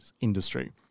industry